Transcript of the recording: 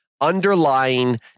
underlying